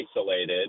isolated